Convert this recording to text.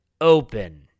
open